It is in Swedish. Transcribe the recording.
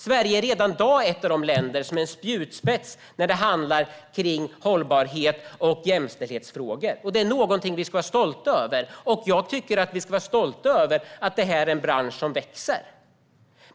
Sverige är redan i dag ett av de länder som är spjutspetsar i hållbarhets och jämställdhetsfrågor. Jag tycker att vi ska vara stolta över det och över att det här är en bransch som växer.